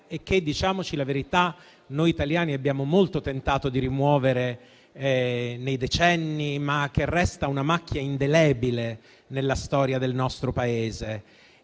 e che - diciamoci la verità - noi italiani abbiamo tentato di rimuovere nei decenni, ma che resta una macchia indelebile nella storia del nostro Paese.